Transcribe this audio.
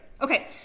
Okay